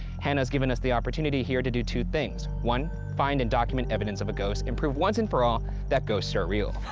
hannah has given us the opportunity here to do two things one, find and document evidence of a ghost and prove once and for all that ghosts are real.